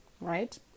right